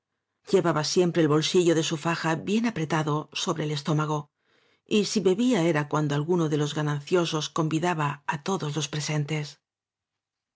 llevaba siempre el bolsillo de su faja bien apretado sobre el es tómago y si bebía era cuando alguno de los gananciosos convidaba á todos los presentes